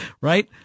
right